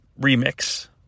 remix